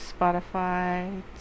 Spotify